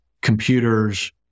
computers